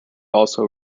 also